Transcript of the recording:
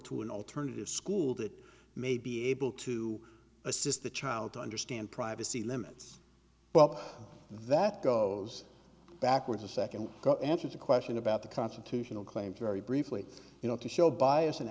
to an alternative school that may be able to assist the child to understand privacy limits well that goes backwards a second got answers a question about the constitutional claims very briefly you know to show bias an